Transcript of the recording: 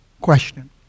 question